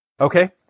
Okay